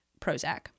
Prozac